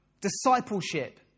Discipleship